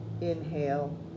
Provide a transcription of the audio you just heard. inhale